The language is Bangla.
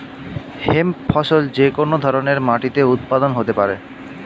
হেম্প ফসল যে কোন ধরনের মাটিতে উৎপাদন হতে পারে